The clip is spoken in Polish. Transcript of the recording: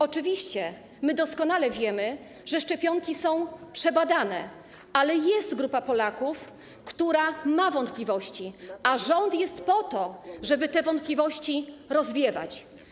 Oczywiście my doskonale wiemy, że szczepionki są przebadane, ale jest grupa Polaków, która ma wątpliwości, a rząd jest po to, żeby te wątpliwości rozwiewać.